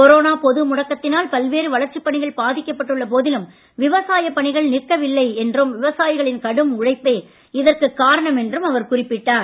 corona பொது முடக்கத்தினால் பல்வேறு வளர்ச்சிப் பணிகள் பாதிக்கப் பட்டுள்ள போதிலும் விவசாயப் பணிகள் நிற்கவில்லை என்றும் விவசாயிகளின் கடும் உழைப்பே இதற்குக் காரணம் என்றும் அவர் குறிப்பிட்டார்